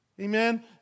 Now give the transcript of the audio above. amen